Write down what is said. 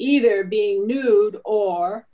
either being nude or